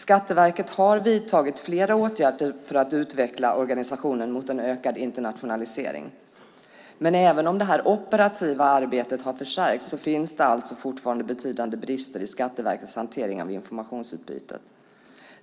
Skatteverket har vidtagit flera åtgärder för att utveckla organisationen mot en ökad internationalisering, men även om det operativa arbetet har förstärkts finns alltså fortfarande betydande brister i Skatteverkets hantering av informationsutbytet.